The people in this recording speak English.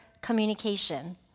communication